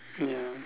ya